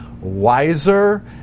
wiser